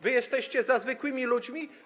Wy jesteście za zwykłymi ludźmi?